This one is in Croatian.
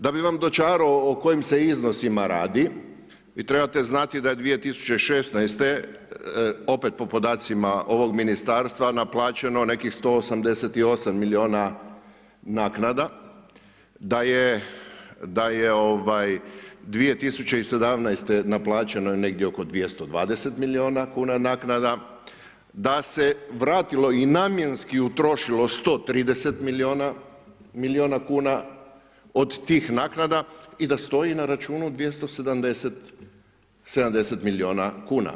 Da bi vam dočarao o kojim se iznosima radi, trebate znati da 2016. opet po podacima ovog ministarstva je naplaćeno nekih 188 milijuna naknada, da je 2017. naplaćeno je negdje oko 220 milijuna kuna naknada, da se vratilo i namjenski utrošilo 130 milijuna kuna od tih naknada i da stoji na računu 270 milijuna kuna.